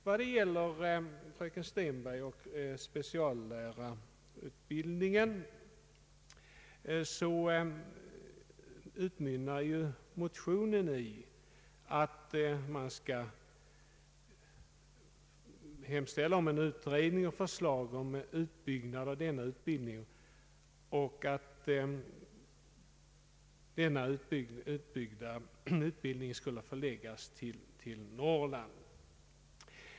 Vad gäller fröken Stenbergs anförande om speciallärarutbildningen vill jag framhålla att motionen utmynnar i att riksdagen måtte hemställa om en utredning och förslag om utbyggnad av denna utbildning och att denna utbyggda utbildning måtte förläggas till Norrland.